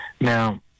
Now